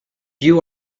you